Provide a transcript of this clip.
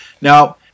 Now